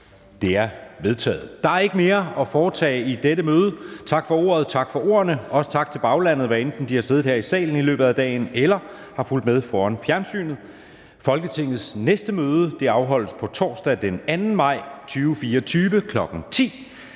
(Jeppe Søe): Der er ikke mere at foretage i dette møde. Tak for ordet, tak for ordene, og også tak til baglandet, hvad enten de har siddet her i salen i løbet af dagen eller har fulgt med foran fjernsynet. Folketingets næste møde afholdes på torsdag, den 2. maj 2024, kl. 10.00.